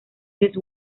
this